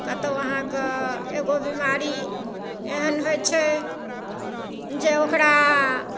कतौ अहाँके एगो बीमारी एहन होइ छै जे ओकरा